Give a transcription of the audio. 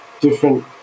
different